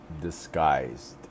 disguised